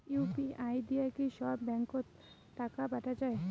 UPI দিয়া কি সব ব্যাংক ওত টাকা পাঠা যায়?